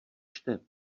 čte